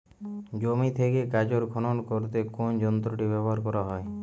জমি থেকে গাজর খনন করতে কোন যন্ত্রটি ব্যবহার করা হয়?